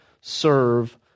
serve